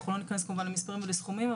אנחנו לא ניכנס כמובן למספרים או לסכומים,